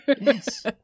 Yes